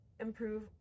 improve